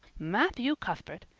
matthew cuthbert,